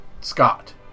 Scott